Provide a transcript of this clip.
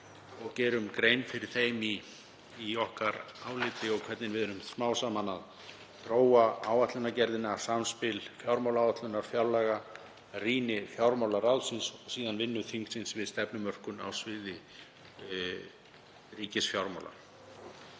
og gerum við grein fyrir þeim í áliti okkar og hvernig við erum smám saman að þróa áætlanagerðina, samspil fjármálaáætlunar og fjárlaga, rýni fjármálaráðs og síðan vinnu þingsins við stefnumörkun á sviði ríkisfjármála.